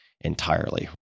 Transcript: entirely